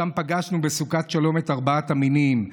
ששם פגשנו בסוכת שלום את ארבעת המינים,